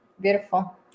Beautiful